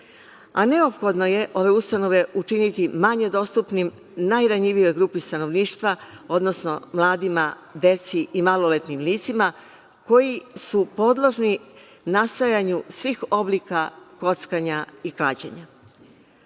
Neophodno je ove ustanove učiniti manje dostupnim, najranjivijoj grupi stanovnika, odnosno mladima, deci i maloletnim licima koji su podložni nastajanju svih oblika kockanja i klađenja.